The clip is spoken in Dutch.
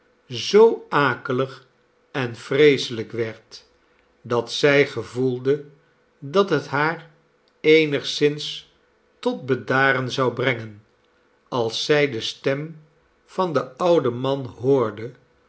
zoo akelig en vreeselijk werd dat zij gevoelde dat het haar eenigszins tot bedaren zou brengen als zij de stem van den ouden man hoorde